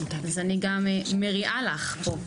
אז אני גם מריעה לך פה.